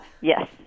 Yes